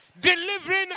Delivering